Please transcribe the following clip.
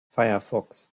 firefox